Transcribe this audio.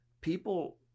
people